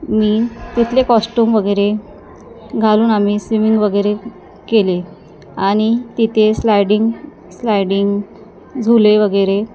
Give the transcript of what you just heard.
मी तिथले कॉस्ट्युम वगैरे घालून आम्ही स्विमिंग वगैरे केले आणि तिथे स्लायडिंग स्लायडिंग झुले वगैरे